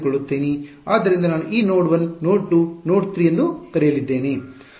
ಆದ್ದರಿಂದ ನಾನು ಈ ನೋಡ್ 1 ನೋಡ್ 2 ಮತ್ತು ನೋಡ್ 3 ಎಂದು ಕರೆಯಲಿದ್ದೇನೆ